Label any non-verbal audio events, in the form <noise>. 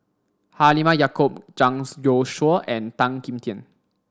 Halimah Yacob Zhang <unintelligible> Youshuo and Tan Kim Tian